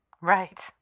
Right